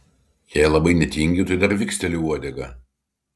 jei labai netingiu tai dar viksteliu uodega